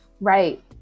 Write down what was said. Right